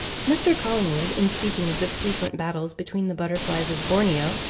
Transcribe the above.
mr. collingwood, in speaking of the frequent battles between the butterflies of borneo,